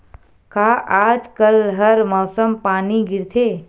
का आज कल हर मौसम पानी गिरथे?